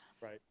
Right